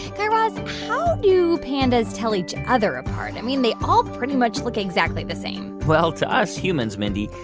guy raz, how do pandas tell each other apart? i mean, they all pretty much look exactly the same well, to us humans, mindy,